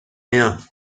rien